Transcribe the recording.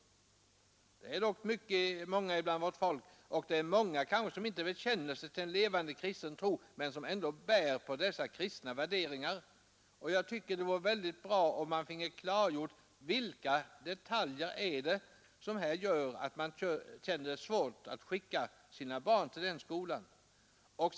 Många människor här i landet bär ändå på kristna värderingar, även om de kanske inte direkt bekänner sig till en levande kristen tro. Därför tycker jag att det vore bra om vi fick klargjort vilka detaljer det är som gör att de människorna känner det svårt att skicka sina barn till en sådan skola.